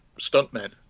stuntmen